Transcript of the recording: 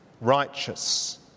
righteous